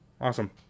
Awesome